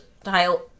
style